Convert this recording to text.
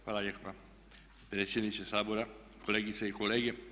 Hvala lijepa predsjedniče Sabora, kolegice i kolege.